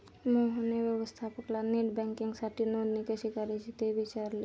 मोहनने व्यवस्थापकाला नेट बँकिंगसाठी नोंदणी कशी करायची ते विचारले